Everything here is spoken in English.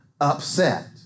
upset